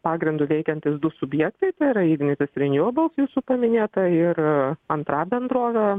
pagrindu veikiantys du subjektai tai yra ignitis renewables jūsų paminėta ir antra bendrovė